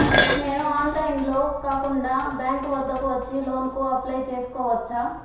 నేను ఆన్లైన్లో కాకుండా బ్యాంక్ వద్దకు వచ్చి లోన్ కు అప్లై చేసుకోవచ్చా?